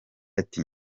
ati